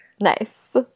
Nice